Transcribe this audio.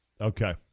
Okay